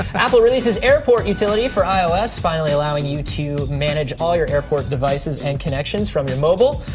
apple releases airport utility for ios finally allowing you to manage all your airport devices and connections from your mobile.